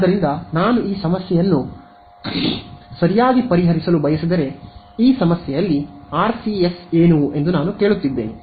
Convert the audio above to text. ಆದ್ದರಿಂದ ನಾನು ಈ ಸಮಸ್ಯೆಯನ್ನು ಸರಿಯಾಗಿ ಪರಿಹರಿಸಲು ಬಯಸಿದರೆ ಈ ಸಮಸ್ಯೆಯಲ್ಲಿಆರ್ಸಿಎಸ್ ಏನು ಎಂದು ನಾನು ಕೇಳುತ್ತಿದ್ದೇನೆ